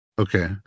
Okay